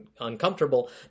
uncomfortable